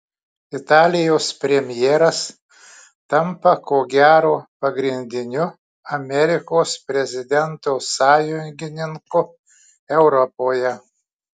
italijos premjeras tampa ko gero pagrindiniu amerikos prezidento sąjungininku europoje